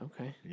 Okay